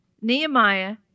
Nehemiah